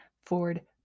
Ford